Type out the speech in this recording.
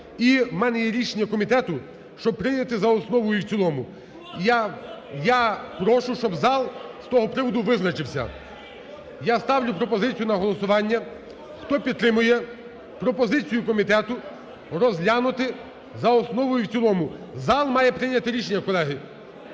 І в мене є рішення комітету, щоб прийняти за основу і в цілому. Я.... (Шум в залі) Я прошу, щоб зал з того приводу визначився. Я ставлю пропозицію на голосування, хто підтримує пропозицію комітету розглянути за основу і в цілому. Зал має прийняти рішення, колеги,